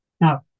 Now